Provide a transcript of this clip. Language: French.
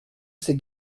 ces